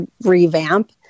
revamp